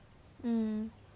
hmm